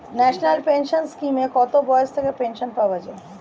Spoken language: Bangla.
ন্যাশনাল পেনশন স্কিমে কত বয়স থেকে পেনশন পাওয়া যায়?